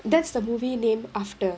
that's the movie name after